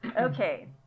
Okay